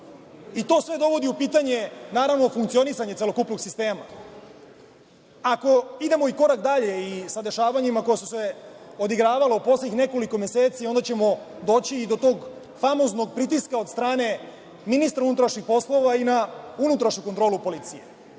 sve dovodi u pitanje, naravno, funkcionisanje celokupnog sistema. Ako idemo i korak dalje sa dešavanjima koja su se odigravala u poslednjih nekoliko meseci, onda ćemo doći i do tog famoznog pritiska od strane ministra unutrašnjih poslova i na Unutrašnju kontrolu policije,